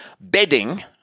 bedding